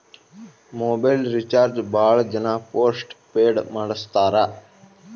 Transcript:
mobile recharge ಭಾಳ್ ಜನ postpaid ಮಾಡಸ್ತಾರ